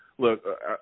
Look